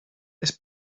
this